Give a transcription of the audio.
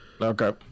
Okay